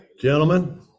Gentlemen